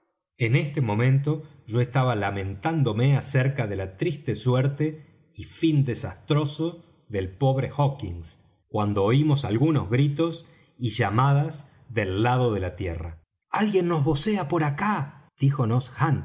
en este momento yo estaba lamentándome acerca de la triste suerte y fin desastroso del pobre hawkins cuando oímos algunos gritos y llamadas del lado de tierra alguien nos vocea por acá díjonos hunter